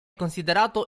considerato